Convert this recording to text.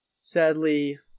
sadly